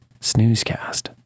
snoozecast